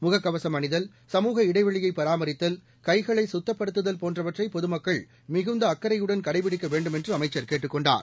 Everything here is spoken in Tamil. முகக்கவசம் அணிதல் சமூக இடைவெளியை பராமரித்தல் கைகளை சுத்தப்படுத்துதல் போன்றவற்றை பொதுமக்கள் மிகுந்த அக்கறையுடன் கடைபிடிக்க வேண்டும் என்று அமைச்சர் கேட்டுக் கொண்டார்